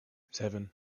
seven